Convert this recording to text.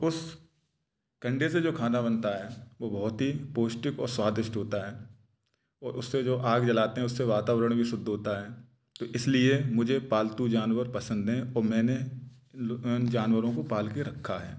उस कंडे से जो खाना बनता है वो बहुत ही पौष्टिक और स्वादिष्ट होता है और उससे जो आग जलाते हैं उससे वातावरण भी शुद्ध होता है तो इसलिए मुझे पालतू जानवर पसंद हैं और मैंने जानवरों को पाल के रखा है